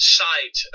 sight